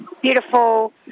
beautiful